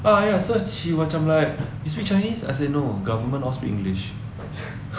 oh ya so she macam do you speak chinese I said no government all speak english